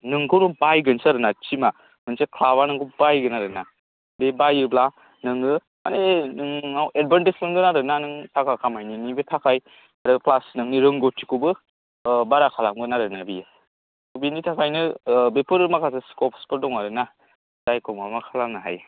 नोंखौथ' बायगोनसो आरो ना टिमआ मोनसे क्लाबा नोंखौ बायगोन आरो ना बे बायोब्ला नोङो माने नोंनाव एडभान्टेस मोनो आरो थाखा खामायनायनिबो थाखा प्लास नोंनि रोंगौथिखौबो बारा खालामगोन आरो बेयो बेनि थाखायनो बेफोर माखासे स्कबसफोर दं आरो ना जायखौ माबा खालामनो हायो